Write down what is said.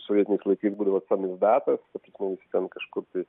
sovietiniais laikais būdavo samizdatas ta prasme visi ten kažkur tai